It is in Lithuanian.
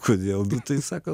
kodėl nu tai sako